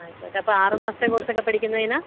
ആയിക്കോട്ടെ അപ്പോള് ആറു മാസത്തെ കോഴ്സൊക്കെ പഠിക്കുന്നതിന്